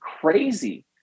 crazy